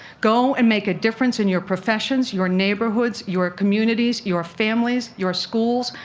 go and make a difference in your professions, your neighborhoods, your communities, your families, your schools,